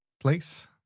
place